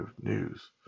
news